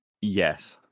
Yes